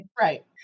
Right